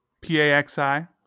P-A-X-I